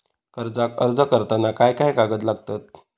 कर्जाक अर्ज करताना काय काय कागद लागतत?